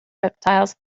reptiles